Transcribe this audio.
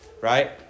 Right